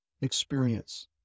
experience